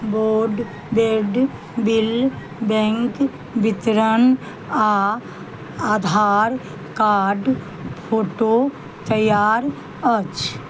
board bed bill bank वितरण आओर Aadhaar card photo तैयार अछि